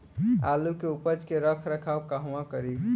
आलू के उपज के रख रखाव कहवा करी?